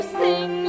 sing